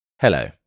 Hello